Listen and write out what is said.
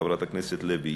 חברת הכנסת לוי,